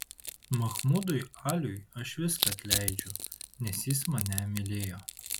mahmudui aliui aš viską atleidžiu nes jis mane mylėjo